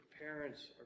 parents